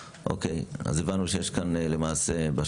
כן, תיכף נשמע את אנשי משרד הבריאות.